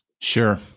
Sure